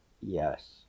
Yes